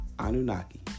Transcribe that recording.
Anunnaki